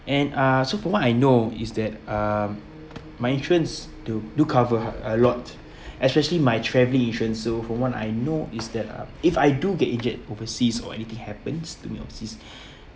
and uh so from what I know is that um my insurance do do cover a lot especially my traveling insurance so from what I know is that um if I do get injured overseas or anything happens to me overseas